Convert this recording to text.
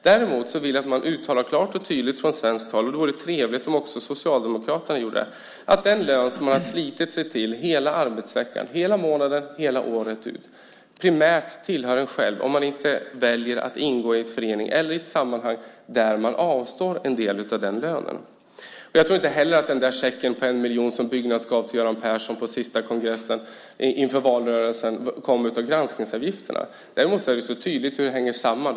Däremot vill jag att Sverige uttalar klart och tydligt, och det vore trevligt om också Socialdemokraterna gjorde det, att den lön som man har slitit för hela arbetsveckan, hela månaden och hela året ut primärt tillhör en själv om man inte väljer att ingå i en förening eller i ett sammanhang där man avstår en del av den lönen. Jag tror inte heller att den check på 1 miljon som Byggnads gav till Göran Persson på den sista kongressen inför valrörelsen kom från granskningsavgifterna. Däremot är det så tydligt hur det hänger samman.